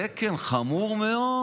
זה, כן, חמור מאוד.